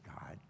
God